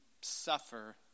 suffer